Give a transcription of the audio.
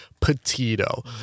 Petito